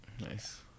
nice